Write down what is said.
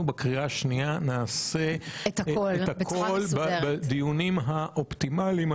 בקריאה השנייה נעשה את הכול בדיונים האופטימליים.